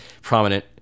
prominent